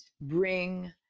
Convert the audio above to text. bring